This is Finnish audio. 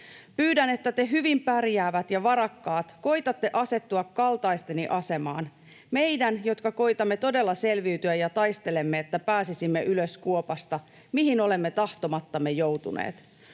Pyydän, että te hyvin pärjäävät ja varakkaat koetatte asettua kaltaisteni asemaan, meidän, jotka koetamme todella selviytyä ja taistelemme, että pääsisimme ylös kuopasta, mihin olemme tahtomattamme joutuneet.